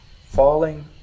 falling